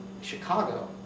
Chicago